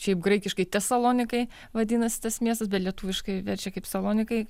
šiaip graikiškai tesalonikai vadinasi tas miestas bet lietuviškai verčia kaip salonikai